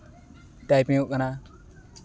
typing ᱚᱜ ᱠᱟᱱᱟ